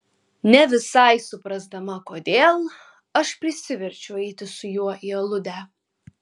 ne visai suprasdama kodėl aš prisiverčiu eiti su juo į aludę